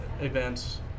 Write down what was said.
events